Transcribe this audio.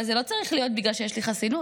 אבל זה לא צריך להיות בגלל שיש לי חסינות,